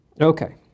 Okay